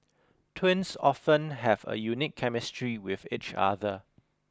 twins often have a unique chemistry with each other